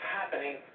happening